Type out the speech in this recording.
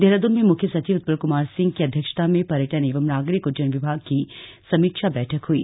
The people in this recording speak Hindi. देहरादून में मुख्य सचिव उत्पल कुमार सिंह की अध्यक्षता में पर्यटन एवं नागरिक उड्डयन विभाग की समीक्षा बैठक हुई